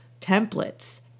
templates